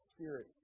Spirit